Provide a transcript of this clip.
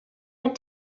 had